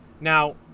now